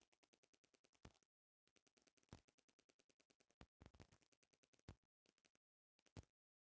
पशुपालन जनगणना गांव अउरी शहर सब के जानवरन के संख्या जोड़ल जाला